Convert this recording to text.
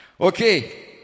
okay